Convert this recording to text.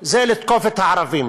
זה לתקוף את הערבים,